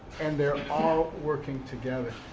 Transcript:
and they're all working together.